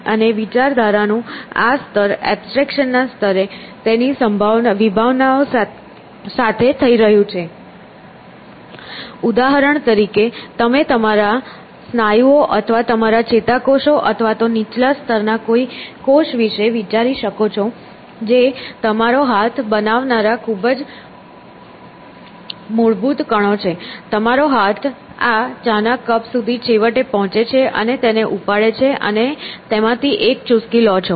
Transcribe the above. અને વિચારધારાનું આ સ્તર એબ્સ્ટ્રેક્શન ના સ્તરે તેની વિભાવનાઓ સાથે થઈ રહ્યું છે ઉદાહરણ તરીકે તમે તમારા સ્નાયુઓ અથવા તમારા ચેતાકોષો અથવા તો નીચલા સ્તર ના કોઈ કોષ વિશે વિચારી શકો છો જે તમારો હાથ બનાવનારા ખૂબ જ મૂળભૂત કણો છે તમારો હાથ આ ચાના કપ સુધી છેવટે પહોંચે છે અને તેને ઉપાડે છે અને તમે તેમાંથી એક ચુસકી લો છો